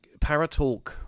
Paratalk